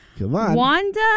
Wanda